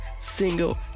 single